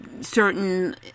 certain